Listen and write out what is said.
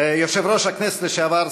יושב-ראש הכנסת לשעבר,